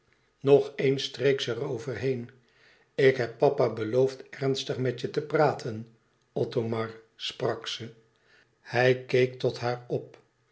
heen e ids aargang k heb papa beloofd ernstig met je te praten othomar sprak ze hij keek tot haar op